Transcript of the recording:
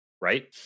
Right